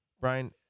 Brian